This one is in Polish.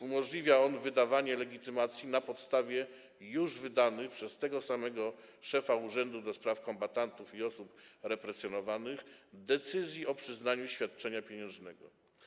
Umożliwia on wydawanie legitymacji na podstawie już wydanych przez tego samego szefa Urzędu do Spraw Kombatantów i Osób Represjonowanych decyzji o przyznaniu świadczenia pieniężnego.